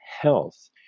Health